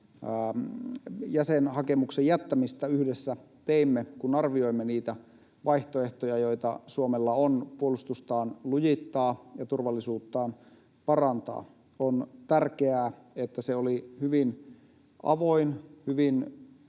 jäsenhakemuksen jättämistä yhdessä teimme, kun arvioimme vaihtoehtoja, joita Suomella on puolustustaan lujittaa ja turvallisuuttaan parantaa. On tärkeää, että se oli hyvin avoin ja hyvin